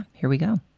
here we go